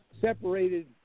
separated